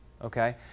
okay